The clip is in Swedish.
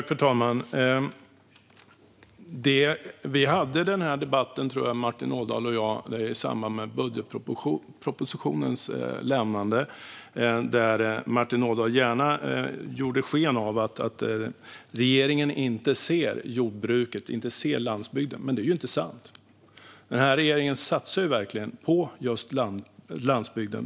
Fru talman! Jag tror att Martin Ådahl och jag hade den här debatten i samband med budgetpropositionens lämnande. Martin Ådahl gav då sken av att regeringen inte ser jordbruket och landsbygden, men det är ju inte sant. Den här regeringen satsar verkligen på just landsbygden.